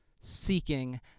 seeking